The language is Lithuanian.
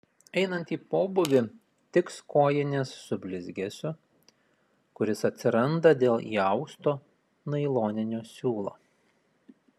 einant į pobūvį tiks kojinės su blizgesiu kuris atsiranda dėl įausto nailoninio siūlo